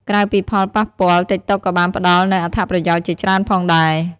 ក្រៅពីផលប៉ះពាល់ តិកតុកក៏បានផ្ដល់នូវអត្ថប្រយោជន៍ជាច្រើនផងដែរ។